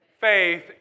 faith